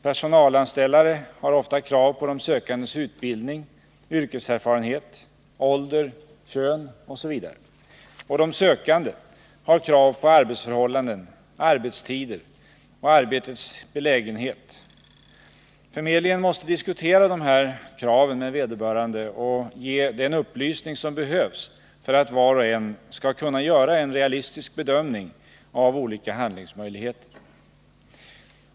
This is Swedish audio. Personalanställare har ofta krav på de sökandes utbildning, yrkeserfarenhet, ålder, kön osv., och de sökande har krav på arbetsförhållanden, arbetstider och arbetets belägenhet. Förmedlingen måste diskutera de här kraven med vederbörande och ge den upplysning som behövs för att var och en skall kunna göra en realistisk bedömning av olika handlingsmöjligheter.